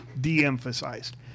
de-emphasized